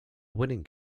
winning